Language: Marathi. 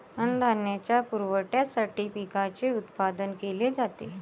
अन्नधान्याच्या पुरवठ्यासाठी पिकांचे उत्पादन केले जाते